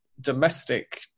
domestic